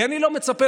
כי אני לא מצפה,